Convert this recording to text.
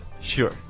Sure